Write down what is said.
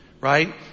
right